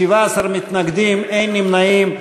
17 מתנגדים, אין נמנעים.